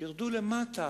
תרדו למטה